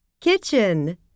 kitchen